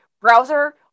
browser